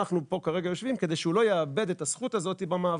אנחנו פה כרגע יושבים כדי שהוא לא יאבד את הזכות הזאת במעברים.